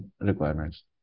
requirements